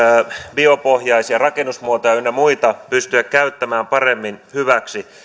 biopohjaisia rakennusmuotoja ynnä muita pystyä käyttämään paremmin hyväksi